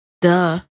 Duh